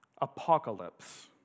apocalypse